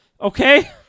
Okay